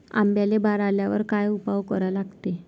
आंब्याले बार आल्यावर काय उपाव करा लागते?